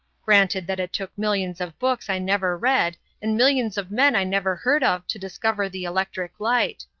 granted that it took millions of books i never read and millions of men i never heard of to discover the electric light.